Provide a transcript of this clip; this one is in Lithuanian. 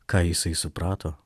ką jisai suprato